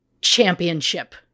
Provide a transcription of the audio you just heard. championship